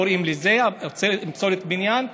קוראים לזה פסולת בניין,